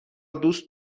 دوست